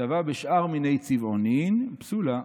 כתבה בשאר מיני צבעונין, פסולה.